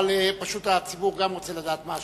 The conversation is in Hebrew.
פשוט, הציבור גם רוצה לדעת מה השאלה.